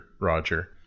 Roger